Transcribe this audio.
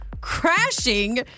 crashing